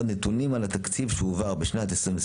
נתונים על התקציב שהועבר בשנת 2022